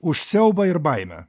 už siaubą ir baimę